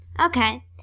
Okay